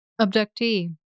Abductee